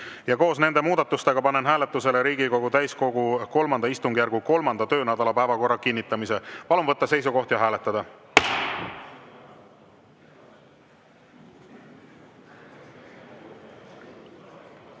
Koos nende muudatustega panen hääletusele Riigikogu täiskogu III istungjärgu 3. töönädala päevakorra kinnitamise. Palun võtta seisukoht ja hääletada!